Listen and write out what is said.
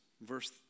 verse